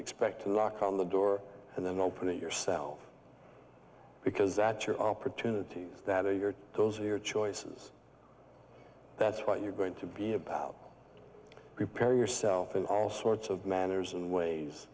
expect to knock on the door and then open it yourself because that your opportunities that are your those are your choices that's what you're going to be about prepare yourself in all sorts of manners and ways